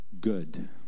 good